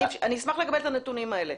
אני אשמח לקבל את הנתונים האלה.